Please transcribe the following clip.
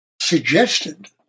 suggested